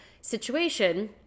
situation